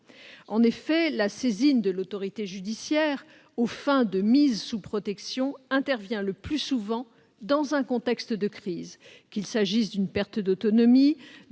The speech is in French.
En effet, la saisine de l'autorité judiciaire aux fins de mise sous protection intervient le plus souvent dans un contexte de crise, qu'il s'agisse d'une perte d'autonomie,